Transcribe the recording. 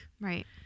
Right